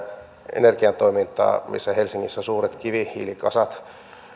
energian toimintaa niin helsingissä on suuret kivihiilikasat